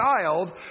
child